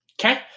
Okay